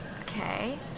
Okay